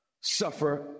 suffer